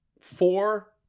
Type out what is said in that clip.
four